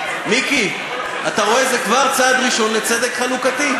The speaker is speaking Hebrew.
מיקי, אתה רואה, זה כבר צעד ראשון לצדק חלוקתי.